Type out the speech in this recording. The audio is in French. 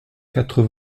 quatre